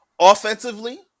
Offensively